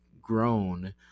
grown